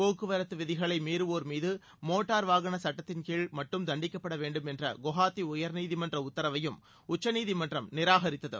போக்குவரத்து விதிகளை மீறுவோர்மீது மோட்டார் வாகனச் சுட்டத்தின்கீழ் மட்டும் தண்டிக்கப்பட வேண்டும் என்ற குவஹாத்தி உயர்நீதிமன்ற உத்தரவையும் உச்சநீதிமன்றம் நிராகரித்தது